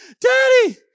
Daddy